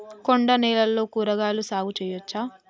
కొండ నేలల్లో కూరగాయల సాగు చేయచ్చా?